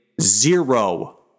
zero